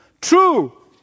True